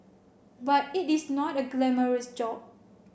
but it is not a glamorous job